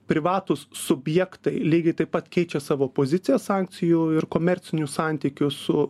privatūs subjektai lygiai taip pat keičia savo poziciją sankcijų ir komercinių santykių su